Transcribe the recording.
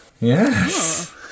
Yes